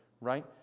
right